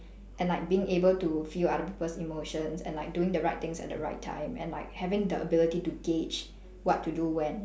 and like being able to feel other people's emotions and like doing the right things at the right time and like having the ability to gauge what to do when